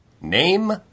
name